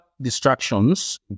distractions